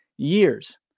Years